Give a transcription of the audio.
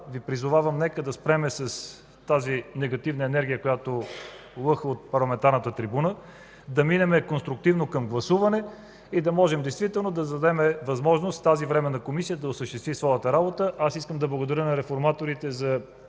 Ви призовавам да спрем с тази негативна енергия, която лъха от парламентарната трибуна, да минем конструктивно към гласуване и да дадем възможност тази Временна комисия да осъществи своята работа. Аз искам да благодаря на реформаторите за